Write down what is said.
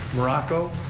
morocco,